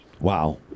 Wow